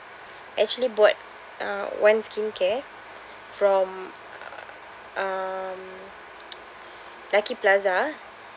actually bought uh one skin care from um lucky plaza